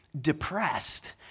depressed